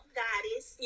goddess